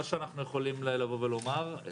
לא שאנחנו יכולים לבוא ולומר,